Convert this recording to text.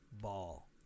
ball